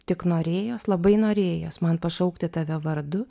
tik norėjos labai norėjos man pašaukti tave vardu